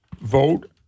vote